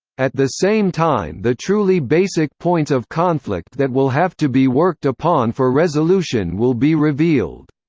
at the same time the truly basic points of conflict that will have to be worked upon for resolution will be revealed.